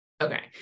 Okay